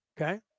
Okay